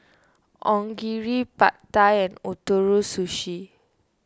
Onigiri Pad Thai and Ootoro Sushi